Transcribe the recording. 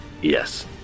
Yes